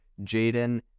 Jaden